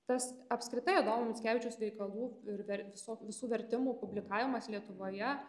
tas apskritai adomo mickevičiaus veikalų ir ver viso visų vertimų publikavimas lietuvoje